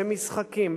במשחקים,